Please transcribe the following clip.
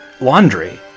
laundry